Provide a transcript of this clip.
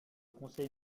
conseil